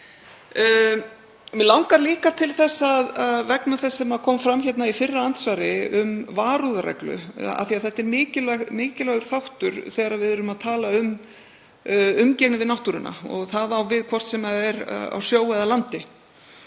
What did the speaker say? Mig langar líka til þess vegna þess sem kom fram í fyrra andsvari um varúðarreglu og af því að þetta er mikilvægur þáttur að þegar við erum að tala um umgengni við náttúruna, það á við hvort sem er á sjó eða landi,